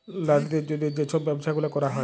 লারিদের জ্যনহে যে ছব ব্যবছা গুলা ক্যরা হ্যয়